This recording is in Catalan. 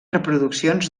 reproduccions